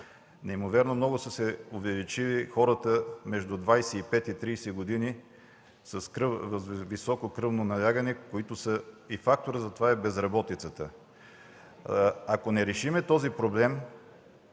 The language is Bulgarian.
Неимоверно много са се увеличили хората между 25 и 30 години с високо кръвно налягане и фактор за това е безработицата. Ако не решим този проблем